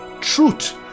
truth